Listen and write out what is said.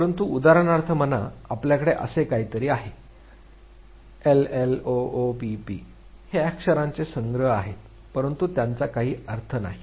परंतु उदाहरणार्थ म्हणा आपल्याकडे असे काहीतरी आहे l l o o p p हे अक्षरांचे संग्रह आहेत परंतु त्यांचा काही अर्थ नाही